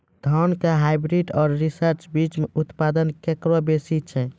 धान के हाईब्रीड और रिसर्च बीज मे उत्पादन केकरो बेसी छै?